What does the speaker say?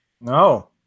No